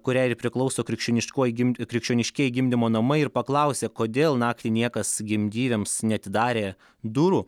kuriai ir priklauso krikščioniškoji gimti krikščioniškieji gimdymo namai ir paklausė kodėl naktį niekas gimdyvėms neatidarė durų